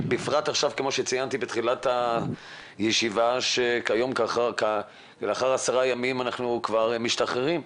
בפרט כפי שציינתי בתחילת הישיבה שלאחר עשרה ימים אנחנו כבר משתחררים.